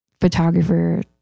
photographer